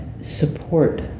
support